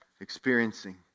experiencing